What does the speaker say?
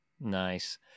Nice